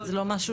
זה לא משהו,